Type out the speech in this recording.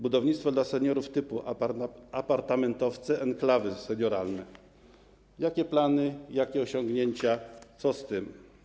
Budownictwo dla seniorów typu apartamentowce, enklawy senioralne - jakie plany, jakie osiągnięcia, co z tym?